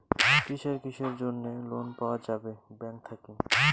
কিসের কিসের জন্যে লোন পাওয়া যাবে ব্যাংক থাকি?